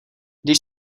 když